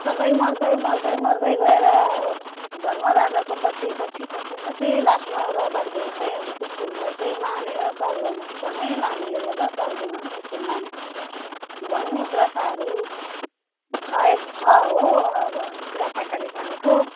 सबै मर्दै मर्दै मर्दै गएर धर्म राजाको पछि पछि पछि पछि लास्टमा रहँदाखेरि चाहिँ अनि कुकुरलाई चाहिँ मानेर स्वर्गमा सँगै लानाले गर्दा स्वर्गमा कुकुर मानेको छ भन्ने प्रथाहरू छ हो अब बुढापाकाले भनेको